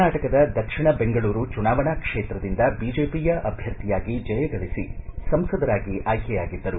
ಕರ್ನಾಟಕದ ದಕ್ಷಿಣ ಬೆಂಗಳೂರು ಚುನಾವಣಾ ಕ್ಷೇತ್ರದಿಂದ ಬಿಜೆಪಿಯ ಅಭ್ಯರ್ಥಿಯಾಗಿ ಜಯಗಳಿಸಿ ಸಂಸದರಾಗಿ ಆಯ್ಕೆಯಾಗಿದ್ದರು